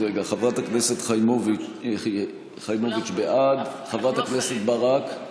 חברת הכנסת חיימוביץ' בעד, חברת הכנסת ברק,